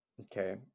Okay